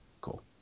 cool